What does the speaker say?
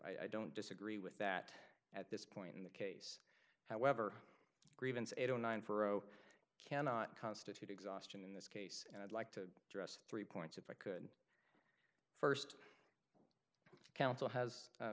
o i don't disagree with that point in the case however grievance eight or nine for o cannot constitute exhaustion in this case and i'd like to address three points if i could first coun